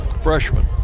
Freshman